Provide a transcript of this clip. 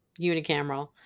unicameral